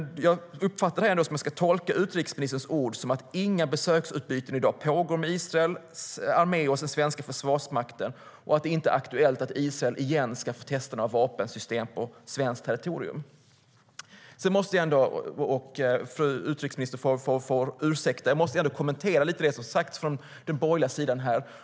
Jag uppfattar det ändå som att man ska tolka utrikesministerns ord som att inga besöksutbyten i dag pågår mellan Israels armé och den svenska försvarsmakten och att det inte är aktuellt att Israel igen ska få testa några vapensystem på svenskt territorium. Utrikesministern får ursäkta att jag måste kommentera lite av det som sagts från den borgerliga sidan här.